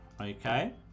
Okay